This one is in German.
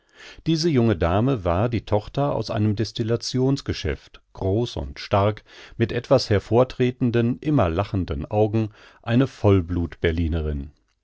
diese junge dame war die tochter aus einem destillationsgeschäft groß und stark mit etwas hervortretenden immer lachenden augen eine vollblut berlinerin